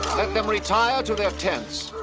let them retire to their tents.